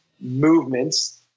movements